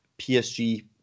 PSG